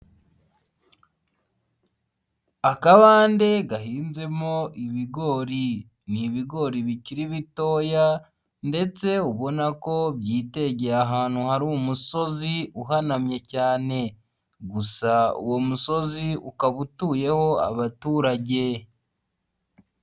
Akabande gahinzemo ibigori, ni ibigori bikiri bitoya ndetse ubona ko byitegeye ahantu hari umusozi uhanamye cyane, gusa uwo musozi ukaba utuyeho abaturage.